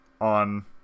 on